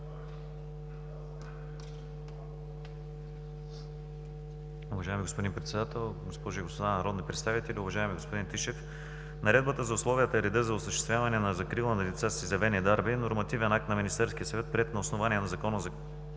Уважаеми господин Председател, госпожи и господа народни представители! Уважаеми господин Тишев, Наредбата за условията и реда за осъществяване на закрила на деца с изявени дарби е нормативен акт на Министерския съвет, приет на основание на Закона за